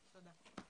תודה.